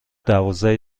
دوازده